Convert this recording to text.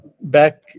back